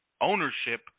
ownership